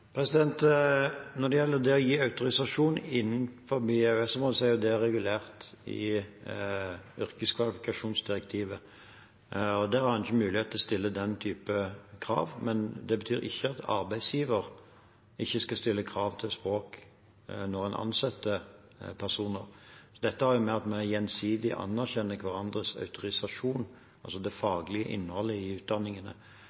Når det gjelder det å gi autorisasjon innenfor EØS-området, er det regulert i yrkeskvalifikasjonsdirektivet, og der har en ikke mulighet til å stille den type krav. Men det betyr ikke at arbeidsgiver ikke skal stille krav til språk når en ansetter personer. Dette har mer å gjøre med at en gjensidig anerkjenner hverandres autorisasjon, altså det